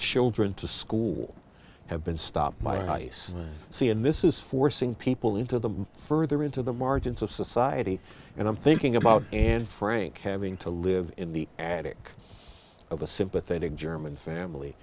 children to school have been stopped by ice see in this is forcing people into the further into the margins of society and i'm thinking about anne frank having to live in the attic of a sympathetic german family